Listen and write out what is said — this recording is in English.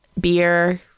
Beer